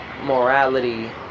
morality